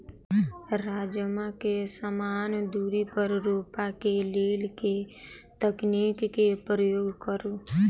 राजमा केँ समान दूरी पर रोपा केँ लेल केँ तकनीक केँ प्रयोग करू?